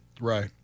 Right